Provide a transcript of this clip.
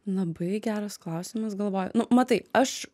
labai geras klausimas galvoju nu matai aš